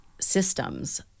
systems